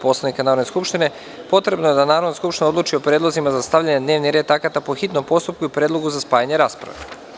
Poslovnika Narodne skupštine, potrebno je da Narodna skupština odluči o predlozima za stavljanje na dnevni red akata po hitnom postupku i predlogu za spajanje rasprave.